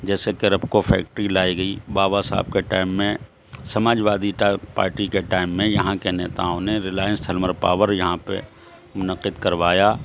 جیسے کہ رپکو فیکٹری لائی گئی بابا صاحب کے ٹائم میں سماجوادی ٹا پارٹی کے ٹائم میں یہاں کے نیتاؤں نے ریلائنس ہلمر پاور یہاں پہ منعقد کروایا